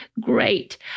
great